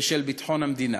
ושל ביטחון המדינה.